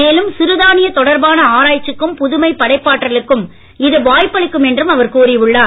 மேலும் சிறுதானிய தொடர்பான ஆராய்ச்சிக்கும் புதுமை படைப்பாற்றலுக்கும் இது வாய்ப்பளிக்கும் என்றும் அவர் கூறி உள்ளார்